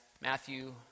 Matthew